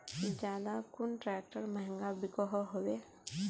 ज्यादा कुन ट्रैक्टर महंगा बिको होबे?